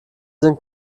sind